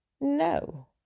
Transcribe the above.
no